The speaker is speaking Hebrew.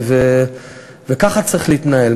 וכך צריך להתנהל,